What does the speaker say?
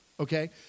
Okay